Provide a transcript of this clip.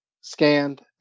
scanned